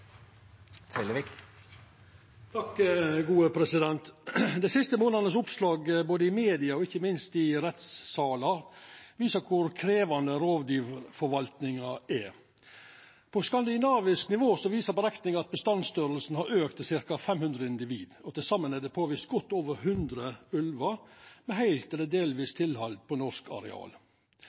På skandinavisk nivå viser berekningar at bestandsstørrelsen har auka til ca. 500 individ, og til saman er det påvist godt over 100 ulvar med heilt eller delvis tilhald på norsk areal.